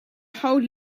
hold